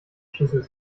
schlüssel